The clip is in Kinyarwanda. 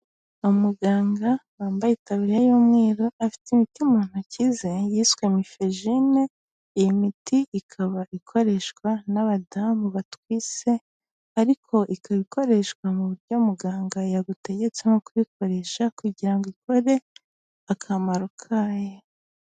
Umuganga wambayetabiriya y'umweru afite imiti mu ntoki ze yiswe mifejine, iyi miti ikaba ikoreshwa n'abadamu batwise ariko ikaba ikoreshwa mu buryo muganga yagutegetse no ukuyikoresha kugira ngo ikore akamaro kayo.